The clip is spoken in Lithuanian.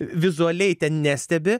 vizualiai nestebi